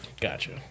Gotcha